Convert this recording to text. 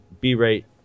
B-Rate